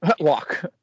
walk